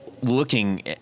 looking